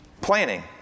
planning